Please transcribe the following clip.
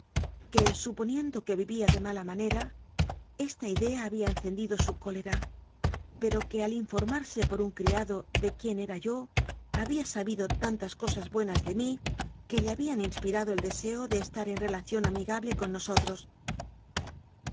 que suponiendo que vi vía de mala manera esta idea había encendido su cólera pero que al informarse por un criado de quién era yo había sabido tantas cosas buenas de mí que le habían inspirado el deseo de estar en relación amigable con nosotros